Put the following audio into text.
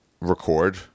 record